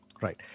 Right